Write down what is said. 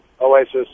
oasis